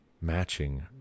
matching